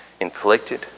inflicted